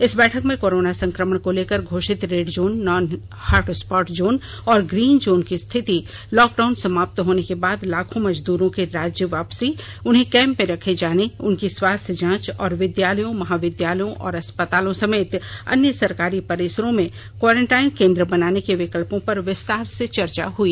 इस बैठक में कोरोना संक्रमण को लेकर घोषित red zone non hot spot zone और ग्रीन जोन की स्थिति लॉकडाउन समाप्त होने के बाद लाखों मजदूरों के राज्य वापसी उन्हें कैंप में रखे जाने उनकी स्वास्थ्य जांच और विद्यालयों महाविद्यालयों और अस्पतालों समेत अन्य सरकारी परिसरों में क्वारेंटाइन केंद्र बनाने के विकल्पों पर विस्तार से चर्चा हुई